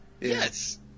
Yes